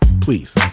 please